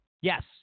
Yes